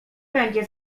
będzie